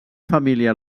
família